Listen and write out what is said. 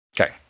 Okay